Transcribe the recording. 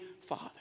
Father